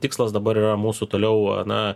tikslas dabar yra mūsų toliau na